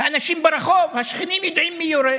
אנשים ברחוב, השכנים, יודעים מי יורה.